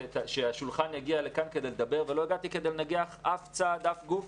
ולא הגעתי כדי לנגח אף צד ואף גוף.